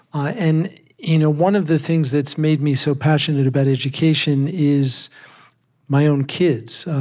and you know one of the things that's made me so passionate about education is my own kids.